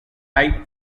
type